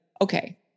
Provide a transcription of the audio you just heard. okay